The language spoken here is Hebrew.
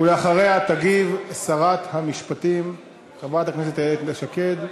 ואחריה תגיב שרת המשפטים חברת הכנסת איילת שקד.